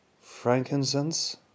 frankincense